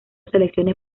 selecciones